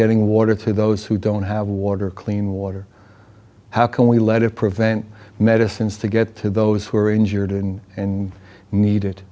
getting water to those who don't have water clean water how can we let it prevent medicines to get to those who are injured and